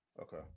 Okay